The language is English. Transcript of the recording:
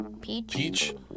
Peach